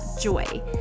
joy